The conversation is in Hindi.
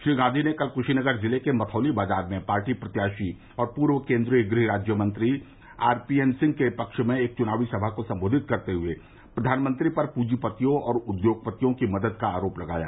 श्री गांधी ने कल कुशीनगर जिले के मथौली बाजार में पार्टी प्रत्याशी और पूर्व केन्द्रीय गृह राज्य मंत्री आरपीएन सिंह के पक्ष में एक चुनावी सभा को संबोधित करते हए प्रधानमंत्री पर पूंजीतियों और उद्योगपतियों की मदद का आरोप लगाया